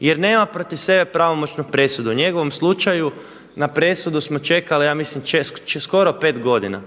jer nema protiv sebe pravomoćnu presudu. U njegovom slučaju na presudu smo čekali ja mislim skoro 5 godina.